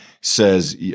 Says